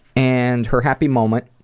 and her happy moment